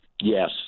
Yes